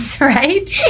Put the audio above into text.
right